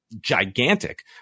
gigantic